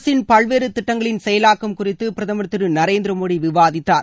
அரசின் பல்வேறு திட்டங்களின் செயலாக்கம் குறித்து பிரதமர் திரு நரேந்திர மோடி விவாதித்தார்